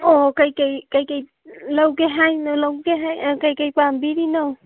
ꯑꯣ ꯀꯩ ꯀꯩ ꯀꯩ ꯀꯩ ꯂꯧꯒꯦ ꯍꯥꯏꯅꯣ ꯂꯧꯒꯦ ꯀꯩ ꯀꯩ ꯄꯥꯝꯕꯤꯔꯤꯅꯣ